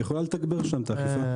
והיא יכולה לתגבר שם את האכיפה.